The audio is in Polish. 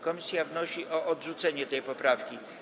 Komisja wnosi o odrzucenie tej poprawki.